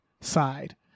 side